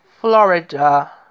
Florida